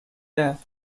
death